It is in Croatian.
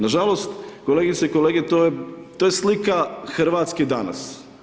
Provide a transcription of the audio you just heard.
Nažalost, kolegice i kolege, to je slika Hrvatske danas.